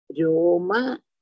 Roma